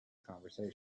conversation